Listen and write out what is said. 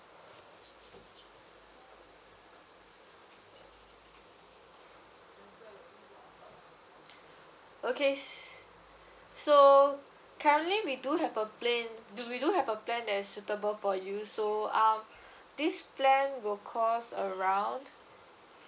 okay s~ so currently we do have a plan do we do have a plan that is suitable for you so uh this plan will cost around